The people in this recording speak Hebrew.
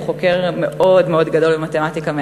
והוא חוקר מאוד גדול במתמטיקה מאז.